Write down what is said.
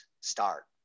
start